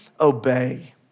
obey